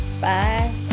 Bye